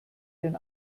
den